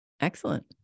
Excellent